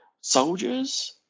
soldiers